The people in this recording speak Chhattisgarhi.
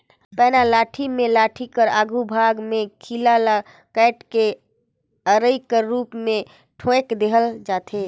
पैना लाठी मे लाठी कर आघु भाग मे खीला ल काएट के अरई कर रूप मे ठोएक देहल जाथे